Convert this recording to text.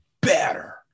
better